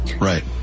Right